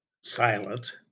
silent